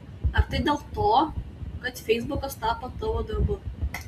ar tai dėl to kad feisbukas tapo tavo darbu